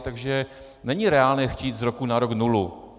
Takže není reálné chtít z roku na rok nulu.